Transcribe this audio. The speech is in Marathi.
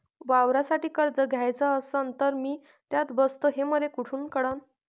वावरासाठी कर्ज घ्याचं असन तर मी त्यात बसतो हे मले कुठ कळन?